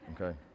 okay